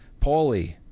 Paulie